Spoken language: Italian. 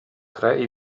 tre